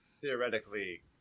theoretically